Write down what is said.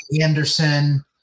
anderson